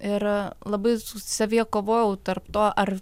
ir labai savyje kovojau tarp to ar